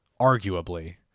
Arguably